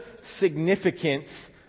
significance